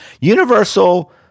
Universal